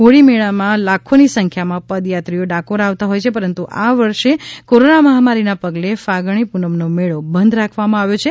હોળી મેળામાં લાખોની સંખ્યામાં પદયાત્રીઓ ડાકોર આવતા હોય છે પરંતુ આ વર્ષે કોરોના મહામારીને પગલે ફાગણી પુનમનો મેળો બંધ રાખવામાં આવ્યો છે